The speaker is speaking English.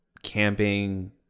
Camping